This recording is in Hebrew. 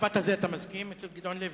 למשפט הזה אתה מסכים אצל גדעון לוי?